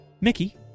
Mickey